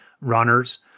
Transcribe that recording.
runners